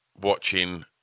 watching